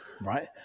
right